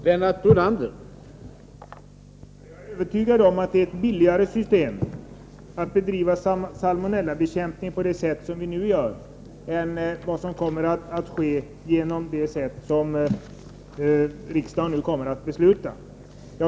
Herr talman! Jag är övertygad om att det är billigare att bedriva salmonellabekämpningen på det sätt som vi nu gör än på det sätt som riksdagen strax kommer att besluta om.